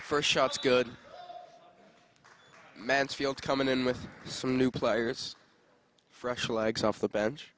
first shots good mansfield coming in with some new players for actual legs off the bench